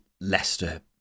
Leicester